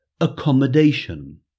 accommodation